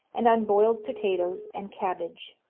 and on boiled potatoes and cabbage.